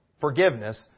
forgiveness